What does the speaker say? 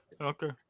Okay